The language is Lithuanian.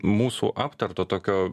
mūsų aptarto tokio